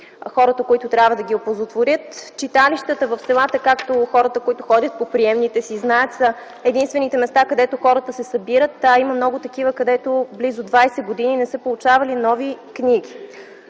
хората, които трябва да ги оползотворят. Читалищата в селата, както хората, които ходят по приемните си знаят, са единствените места, където хората се събират. Има много такива, където близо 20 години не са получавали нови книги,